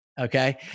Okay